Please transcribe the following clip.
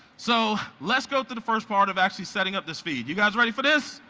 so let's go through the first part of actually setting up this feed. you guys ready for this?